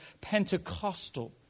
Pentecostal